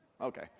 Okay